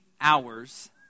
hours